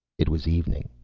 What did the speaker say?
it was evening.